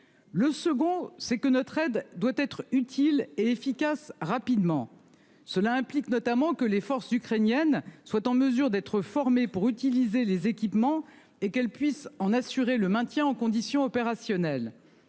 Le second c'est que notre aide doit être utile et efficace rapidement. Cela implique notamment que les forces ukrainiennes soit en mesure d'être formés pour utiliser les équipements et qu'elle puisse en assurer le maintien en condition opérationnelle.